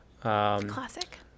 Classic